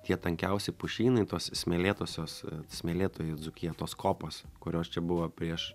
tie tankiausi pušynai tos smėlėtosios smėlėtoji dzūkija tos kopos kurios čia buvo prieš